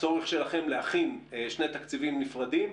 הצורך שלכם להכין שני תקציבים נפרדים,